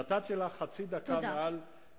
נתתי לך חצי דקה מעל, תודה.